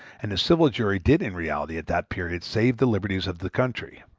and the civil jury did in reality, at that period, save the liberties of the country.